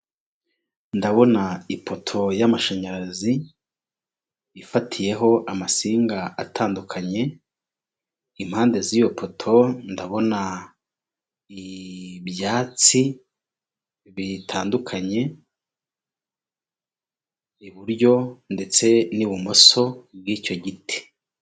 Ndabona ipoto y'amashanyarazi ifatiyeho amasinga atandukanye, impande z'iyo poto ndabona ibyatsi bitandukanye, iburyo ndetse n'ibumoso bw'icyo giti.